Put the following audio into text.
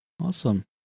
Awesome